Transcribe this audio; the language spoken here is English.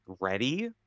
ready